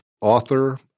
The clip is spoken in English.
author